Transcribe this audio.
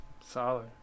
Solid